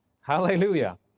Hallelujah